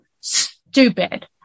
stupid